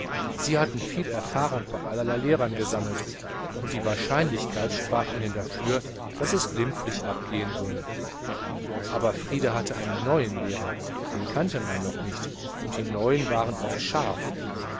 sie hatten viel erfahrungen bei allerlei lehrern gesammelt und die wahrscheinlichkeit sprach ihnen dafür daß es glimpflich abgehen würde aber frieder hatte einen neuen lehrer den kannte man noch nicht und die neuen waren oft scharf